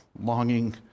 longing